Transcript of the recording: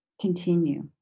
continue